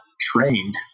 trained